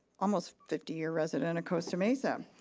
almost fifty year resident of costa mesa.